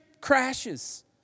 crashes